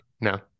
no